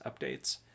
updates